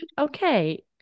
okay